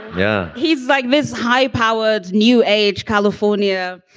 yeah he's like this high powered new age, california,